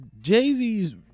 jay-z's